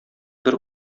бер